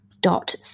dot